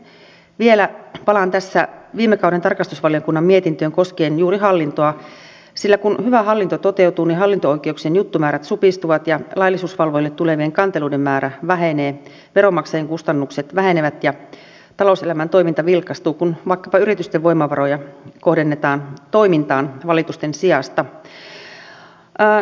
sitten vielä palaan tässä viime kauden tarkastusvaliokunnan mietintöön koskien juuri hallintoa sillä kun hyvä hallinto toteutuu hallinto oikeuksien juttumäärät supistuvat laillisuusvalvojille tulevien kanteluiden määrä vähenee veronmaksajien kustannukset vähenevät ja talouselämän toiminta vilkastuu kun vaikkapa yritysten voimavaroja kohdennetaan toimintaan valitusten sijasta